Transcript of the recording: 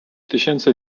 tysięcy